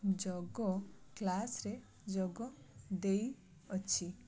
ଯୋଗ କ୍ଲାସ୍ରେ ଯୋଗ ଦେଇଅଛି